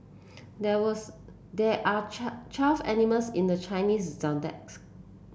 there was there are twelve animals in the Chinese Zodiac